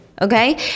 Okay